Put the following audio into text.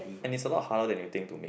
and it's a lot harder than you think to make